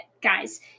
guys